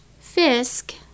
Fisk